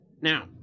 Now